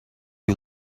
you